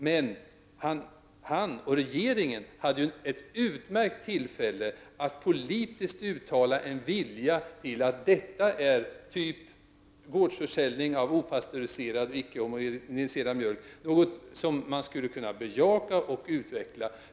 Men han och regeringen i övrigt hade i propositionen ett utmärkt tillfälle att politiskt uttala en vilja att bejaka och utveckla försäljning av typen gårdsförsäljning av opastöriserad mjölk.